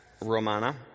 Romana